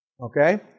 Okay